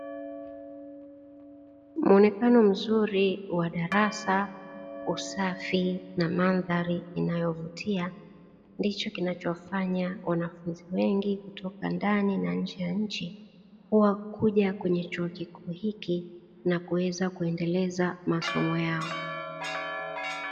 Muonekano mzuri wa darasa, usafi na mandhari inayovutia, ndicho kinachowafanya wanafunzi wengi kutoka ndani na nje ya nchi, kuja kwenye chuo chetu hiki na kuendeleza masomo yao.